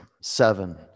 seven